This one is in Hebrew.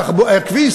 כביש?